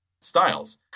styles